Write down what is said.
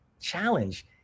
challenge